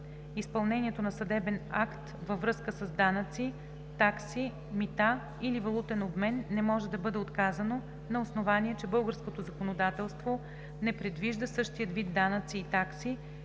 изпълнението на съдебен акт във връзка с данъци, такси, мита или валутен обмен не може да бъде отказано на основание, че българското законодателство не предвижда същия вид данъци и такси